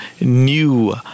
new